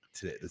today